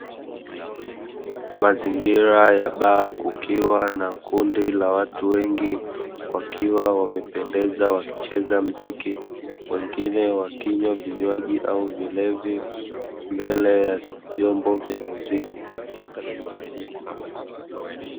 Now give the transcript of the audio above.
Mazingira ya baa, kukiwa na kundi la watu wengi, wakiwa wamependeza wakicheza mziki, wengine wakinywa vinywaji au vilevi mbele ya vyombo vya muziki.